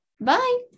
Bye